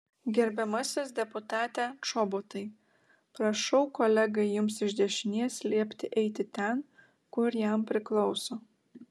gerbiamasis deputate čobotai prašau kolegai jums iš dešinės liepti eiti ten kur jam priklauso